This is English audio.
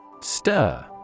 Stir